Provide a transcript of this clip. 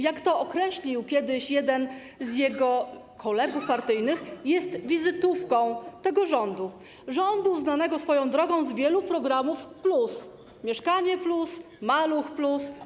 Jak to określił kiedyś jeden z jego kolegów partyjnych, jest wizytówką tego rządu, znanego swoją drogą z wielu programów z plusem: Mieszkanie+, Maluch+